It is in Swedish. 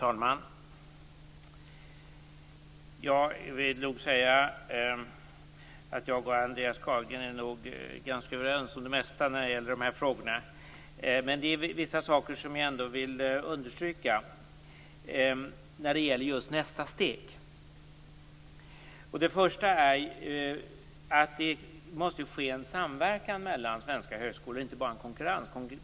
Fru talman! Jag och Andreas Carlgren är nog ganska överens om det mesta i de här frågorna. Men det är vissa saker jag ändå vill understryka när det gäller just nästa steg. Det måste ske en samverkan mellan svenska högskolor och inte bara handla om konkurrens.